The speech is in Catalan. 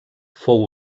fou